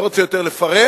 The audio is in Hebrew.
לא רוצה יותר לפרט,